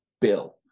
Bill